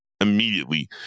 immediately